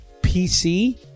PC